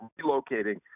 relocating